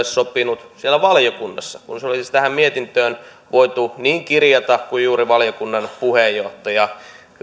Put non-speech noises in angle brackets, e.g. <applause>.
<unintelligible> sopinut siellä valiokunnassa kun se olisi tähän mietintöön voitu niin kirjata kuin valiokunnan puheenjohtaja